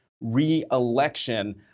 re-election